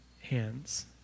hands